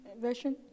version